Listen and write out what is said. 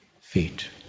feet